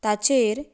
ताचेर